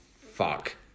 Fuck